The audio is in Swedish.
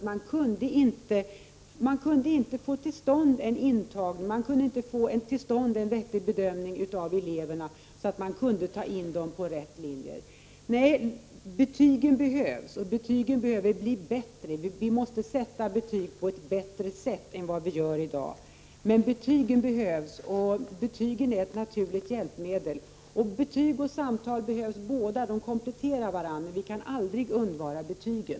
Man kunde inte få till stånd en vettig bedömning av eleverna, så att man kunde ta in dem på de rätta linjerna. Nej, betygen behövs. Betygen behöver bli bättre. Vi måste sätta betyg på ett bättre sätt än vi gör i dag. Men betygen behövs. De är ett naturligt hjälpmedel. Betyg och samtal behövs båda. De kompletterar varandra. Men vi kan aldrig undvara betygen.